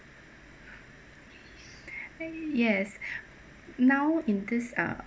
yes now in this uh